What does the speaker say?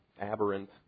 aberrant